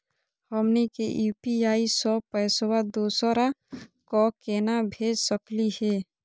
हमनी के यू.पी.आई स पैसवा दोसरा क केना भेज सकली हे?